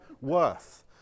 worth